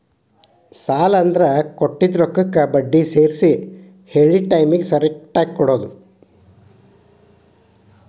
ಸಾಲ ಅಂದ್ರ ಕೊಟ್ಟಿದ್ ರೊಕ್ಕಕ್ಕ ಬಡ್ಡಿ ಸೇರ್ಸಿ ಹೇಳಿದ್ ಟೈಮಿಗಿ ಕರೆಕ್ಟಾಗಿ ಕೊಡೋದ್